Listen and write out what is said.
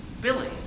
Billy